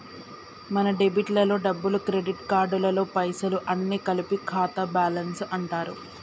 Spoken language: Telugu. మన డెబిట్ లలో డబ్బులు క్రెడిట్ కార్డులలో పైసలు అన్ని కలిపి ఖాతా బ్యాలెన్స్ అంటారు